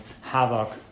havoc